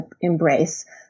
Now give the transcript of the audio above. embrace